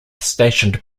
stationed